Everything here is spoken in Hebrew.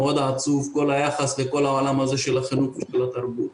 מאוד עצוב כל היחס לכל העולם הזה של החינוך ושל התרבות.